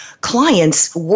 clients